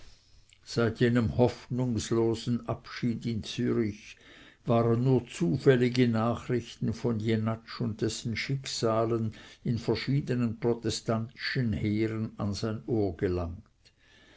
seit jenem hoffnungslosen abschied in zürich waren nur zufällige nachrichten von jenatsch und dessen schicksalen in verschiedenen protestantischen heeren an sein ohr gelangt